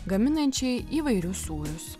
gaminančiai įvairius sūrius